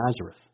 Nazareth